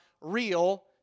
real